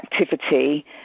activity